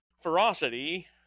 ferocity